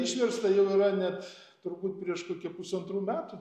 išversta jau yra net turbūt prieš kokį pusantrų metų